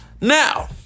Now